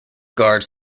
guards